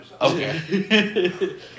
okay